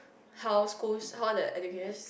how schools how the education sys~